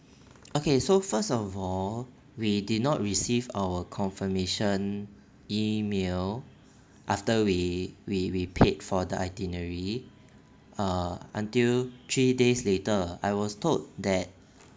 okay so first of all we did not receive our confirmation email after we we we paid for the itinerary ah until three days later I was told that